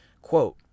quote